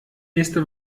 nächste